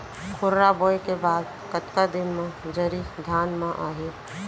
खुर्रा बोए के बाद कतका दिन म जरी धान म आही?